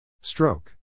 stroke